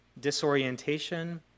disorientation